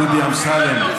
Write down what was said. דודי אמסלם.